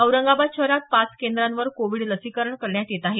औरंगाबाद शहरात पाच केंद्रांवर कोविड लसीकरण करण्यात येत आहे